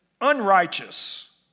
unrighteous